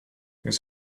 his